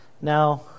Now